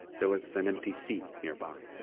there was an empty seat nearby.